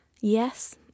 Yes